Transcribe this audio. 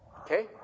Okay